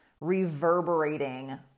reverberating